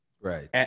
Right